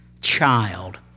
Child